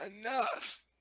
enough